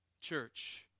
Church